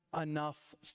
enough